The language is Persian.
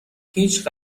هیچ